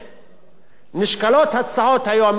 נשקלות הצעות היום, מדברים על הצעות,